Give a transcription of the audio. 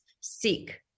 seek